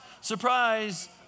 Surprise